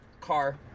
car